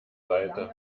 seite